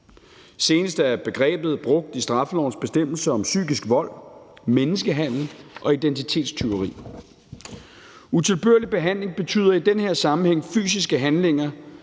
Senest er begrebet brugt i straffelovens bestemmelser om psykisk vold, menneskehandel og identitetstyveri. Utilbørlig behandling betyder i den her sammenhæng fysiske handlinger,